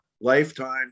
lifetime